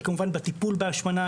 וכמובן בטיפול בהשמנה,